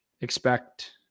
expect